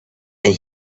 and